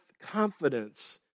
confidence